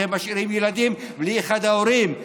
אתם משאירים ילדים בלי אחד ההורים,